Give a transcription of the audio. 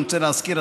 אני רוצה להזכיר,